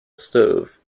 stove